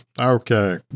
okay